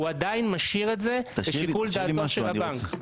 הוא עדיין משאיר את זה לשיקול דעתו של הבנק.